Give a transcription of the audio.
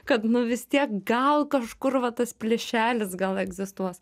kad nu vis tiek gal kažkur va tas plyšelis gal egzistuos